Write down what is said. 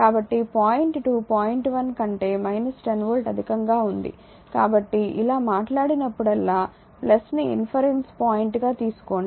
కాబట్టి point 2 point 1 కంటే 10 volt అధికంగా ఉంది కాబట్టి ఇలా మాట్లాడినప్పుడల్లా ని రిఫరెన్స్ పాయింట్గా తీసుకోండి